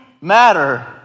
matter